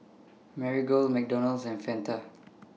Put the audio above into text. Marigold McDonald's and Fanta